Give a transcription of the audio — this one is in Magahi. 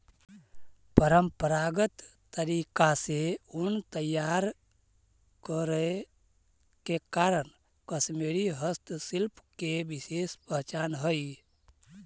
परम्परागत तरीका से ऊन तैयार करे के कारण कश्मीरी हस्तशिल्प के विशेष पहचान हइ